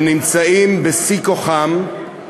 הם נמצאים בשיא כוחם,